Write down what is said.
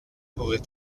aurait